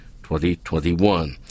2021